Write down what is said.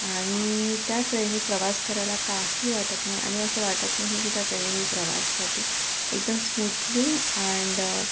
आणि त्या ट्रेननी प्रवास करायला काही वाटत नाही आणि असं वाटत नाही की त्या ट्रेननी मी प्रवास करते एकदम स्मूथली अॅन्ड